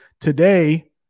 today